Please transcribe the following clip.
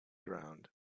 ground